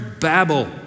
babble